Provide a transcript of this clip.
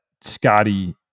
scotty